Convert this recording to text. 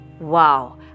Wow